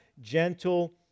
gentle